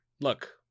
Look